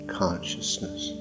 consciousness